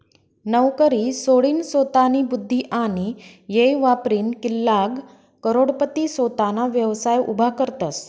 नवकरी सोडीनसोतानी बुध्दी आणि येय वापरीन कित्लाग करोडपती सोताना व्यवसाय उभा करतसं